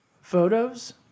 Photos